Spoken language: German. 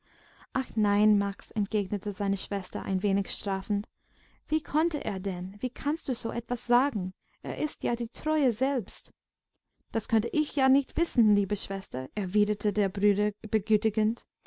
ach nein max entgegnete seine schwester ein wenig strafend wie konnte er denn wie kannst du so etwas sagen er ist ja die treue selbst das konnte ich ja nicht wissen liebe schwester erwiderte der bruder begütigend